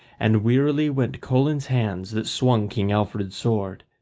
and wearily went colan's hands that swung king alfred's sword.